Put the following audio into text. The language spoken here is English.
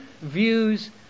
views